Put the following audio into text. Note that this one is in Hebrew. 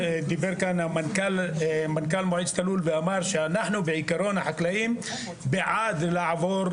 דיבר מנכ"ל מועצת הלול ואמר שאנחנו החקלאים בעד לעבור